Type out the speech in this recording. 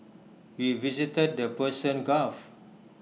we visited the Persian gulf